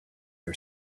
our